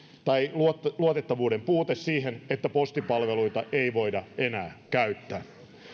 tai luotettavuuden puute että postipalveluita ei voida enää käyttää